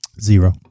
Zero